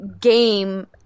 game